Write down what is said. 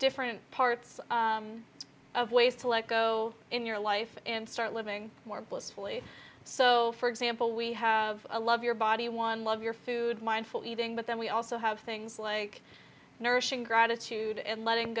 different parts of ways to let go in your life and start living more blissfully so for example we have a love your body one love your food mindful eating but then we also have things like nourishing gratitude and let